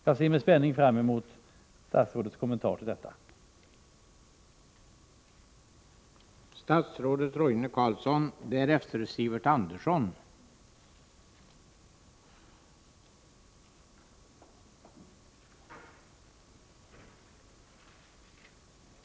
Jag ser med spänning fram emot statsrådets kommentar till detta förslag.